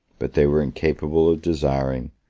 but they were incapable of desiring,